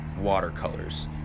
watercolors